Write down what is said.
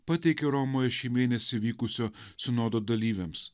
pateikė romoje šį mėnesį vykusio sinodo dalyviams